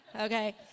okay